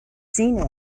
seen